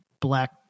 black